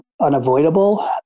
unavoidable